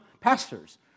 pastors